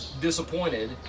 disappointed